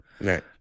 Right